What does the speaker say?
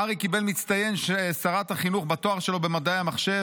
ארי קיבל מצטיין שרת החינוך בתואר שלו במדעי המחשב.